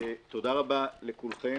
תודה רבה לכולכם.